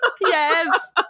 yes